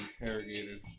interrogated